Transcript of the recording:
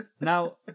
Now